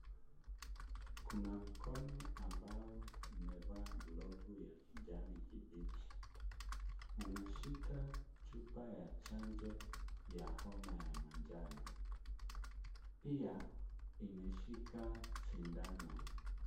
Kuna mkono ambao umevaa glovu ya kijani kibichi, umeshika chupa ya chanjo ya homa ya manjano pia, imeshika sindano.